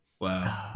Wow